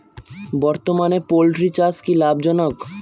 বর্তমানে পোলট্রি চাষ কি লাভজনক?